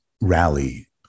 rally